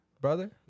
Brother